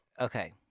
Okay